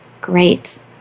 Great